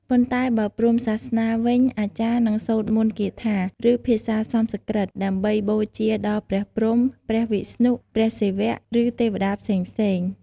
ប៉ុន្តែបើព្រហ្មញ្ញសាសនាវិញ អាចារ្យនឹងសូត្រមន្តគាថា ឬភាសាសំស្ក្រឹត ដើម្បីបូជាដល់ព្រះព្រហ្ម ព្រះវិស្ណុ ព្រះសិវៈ ឬទេវតាផ្សេងៗ។